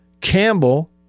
Campbell